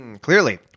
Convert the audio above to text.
Clearly